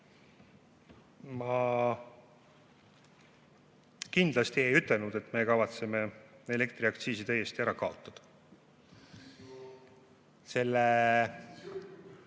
ma kindlasti ei ütelnud, et me kavatseme elektriaktsiisi täiesti ära kaotada. Selle